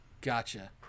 Gotcha